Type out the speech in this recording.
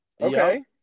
okay